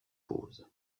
pose